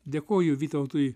dėkoju vytautui